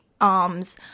Arms